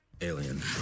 Alien